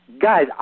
Guys